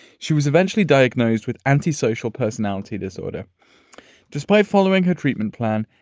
she was eventually diagnosed with anti-social personality disorder despite following her treatment plan.